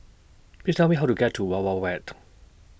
Please Tell Me How to get to Wild Wild Wet